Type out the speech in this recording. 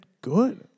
good